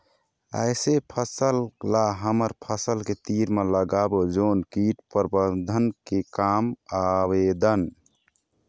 ऐसे का फसल ला हमर फसल के तीर मे लगाबो जोन कीट प्रबंधन के काम आवेदन?